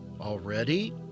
Already